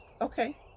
Okay